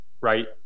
right